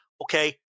okay